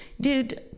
dude